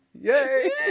yay